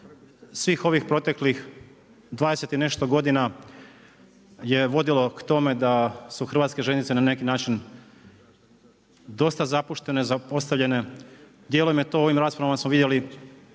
svih ovih proteklih 20 i nešto godina, je vodilo k tome da su hrvatske željeznice na neki način dosta zapuštene, zapostavljene, dijelom u ovim raspravama smo vidjeli,